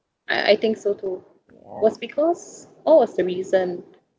I I think so too was because what was the reason